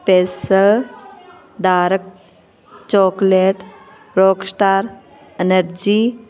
space dark chocolate rock star energy